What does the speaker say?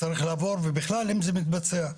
צריך לבוא, ובכלל אם זה מתבצע.